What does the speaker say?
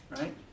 right